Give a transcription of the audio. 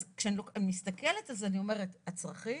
אז כשאני מסתכלת, אני אומרת הצרכים,